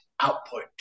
output